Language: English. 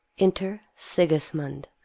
enter sigismund,